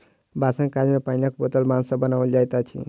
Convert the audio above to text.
बाँसक काज मे पाइनक बोतल बाँस सॅ बनाओल जाइत अछि